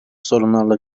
sorunlarla